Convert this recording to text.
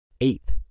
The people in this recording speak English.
Eighth